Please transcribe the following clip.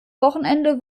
wochenende